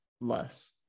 less